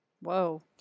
Whoa